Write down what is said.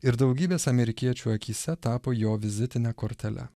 ir daugybės amerikiečių akyse tapo jo vizitine kortele